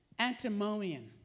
antimonian